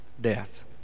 death